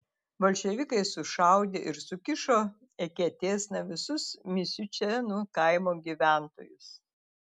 bolševikai sušaudė ir sukišo eketėsna visus misiučėnų kaimo gyventojus